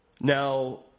Now